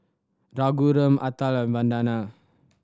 Raghuram Atal and Vandana